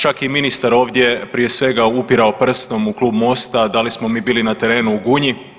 Čak je i ministar ovdje prije svega upirao prstom u klub MOST-a da li smo mi bili na terenu u Gunji.